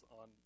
on